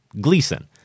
Gleason